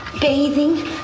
bathing